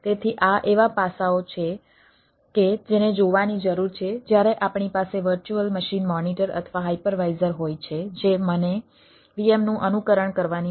તેથી આ એવા પાસાઓ છે કે જેને જોવાની જરૂર છે જ્યારે આપણી પાસે વર્ચ્યુઅલ મશીન મોનિટર અથવા હાઇપરવાઇઝર હોય છે જે મને VM નું અનુકરણ કરવાની મંજૂરી આપે છે